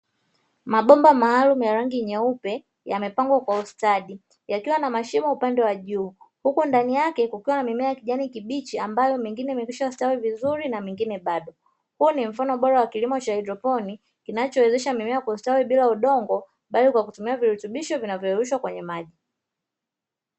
Mabomba maalumu ya rangi nyeupe yamepangwa kwa ustadi yakiwa na mashimo upande wa juu, huku ndani yake kukiwa na mimea ya kijani kibichi ambayo mingine imekwisha kustawi vizuri na mingine bado, huu ni mfano bora wa kilimo cha haidroponi kinachowezesha mimea kustawi bila udongo bali kwa kutumia virutubisho vinavyoyeyushwa kwenye maji.